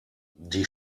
die